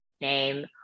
name